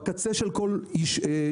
בקצה של כל קיבוץ,